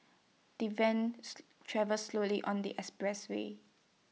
the van travelled slowly on the expressway